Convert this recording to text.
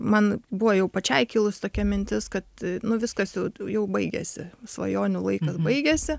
man buvo jau pačiai kilusi tokia mintis kad nu viskas jau jau baigėsi svajonių laikas baigėsi